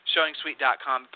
Showingsuite.com